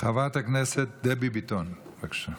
חברת הכנסת דבי ביטון, בבקשה.